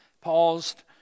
paused